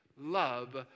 love